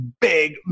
big